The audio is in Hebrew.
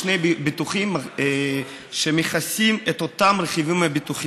הם מחזיקים בשני ביטוחים שמכסים את אותם רכיבים ביטוחיים.